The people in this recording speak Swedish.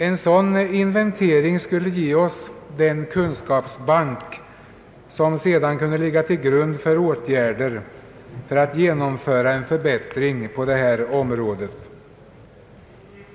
En sådan inventering skulle ge oss den kunskapsbank som sedan kunde ligga till grund för åtgärder för att genomföra förbättringar på detta område.